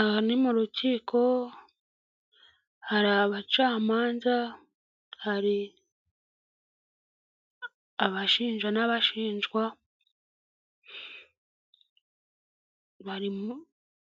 Aha ni mu rukiko, hari abacamanza, hari abashinja n'abashinjwa,